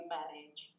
manage